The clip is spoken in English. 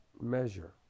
measure